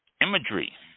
Imagery